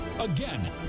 Again